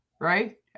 right